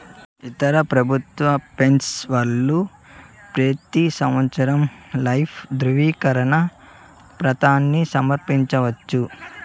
ఇతర పెబుత్వ పెన్సవర్లు పెతీ సంవత్సరం లైఫ్ దృవీకరన పత్రాని సమర్పించవచ్చు